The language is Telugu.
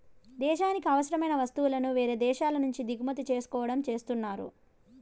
దేశానికి అవసరమైన వస్తువులను వేరే దేశాల నుంచి దిగుమతి చేసుకోవడం చేస్తున్నారు